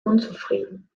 unzufrieden